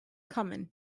common